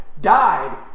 died